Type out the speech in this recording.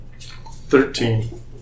thirteen